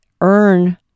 earn